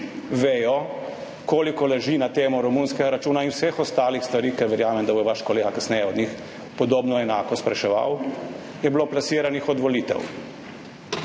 vejo, koliko laži je bilo na temo romunskega računa in vseh ostalih stvari, ker verjamem, da bo vaš kolega kasneje podobno, enako spraševal, plasiranih od volitev.